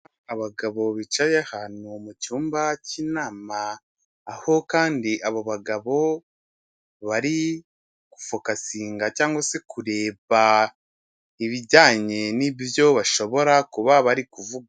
Abagabo bicaye ahantu mu cyumba cy'inama, aho kandi abo bagabo bari gufokasinga cyangwa se kureba ibijyanye n'ibyo bashobora kuba bari kuvuga.